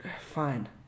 fine